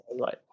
right